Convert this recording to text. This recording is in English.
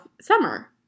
summer